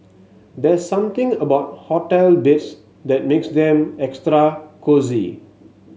there's something about hotel beds that makes them extra cosy